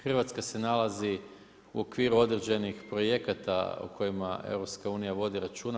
Hrvatska se nalazi u okviru određenih projekata o kojima EU vodi računa.